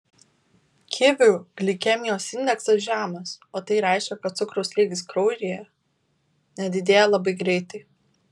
kivių glikemijos indeksas žemas o tai reiškia kad cukraus lygis kraujyje nedidėja labai greitai